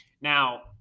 Now